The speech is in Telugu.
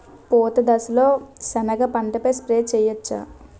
పూత దశలో సెనగ పంటపై స్ప్రే చేయచ్చా?